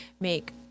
make